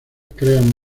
crean